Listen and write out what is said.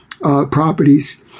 properties